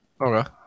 Okay